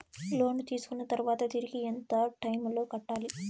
లోను తీసుకున్న తర్వాత తిరిగి ఎంత టైములో కట్టాలి